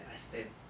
then I stamp